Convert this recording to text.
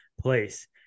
place